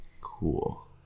Cool